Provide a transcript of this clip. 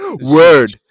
Word